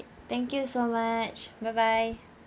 thank you so much bye bye